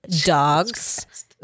dogs